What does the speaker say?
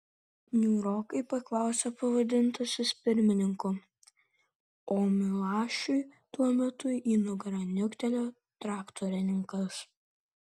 niūrokai paklausė pavadintasis pirmininku o milašiui tuo metu į nugarą niuktelėjo traktorininkas